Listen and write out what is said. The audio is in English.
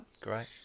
great